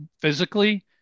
physically